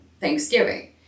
Thanksgiving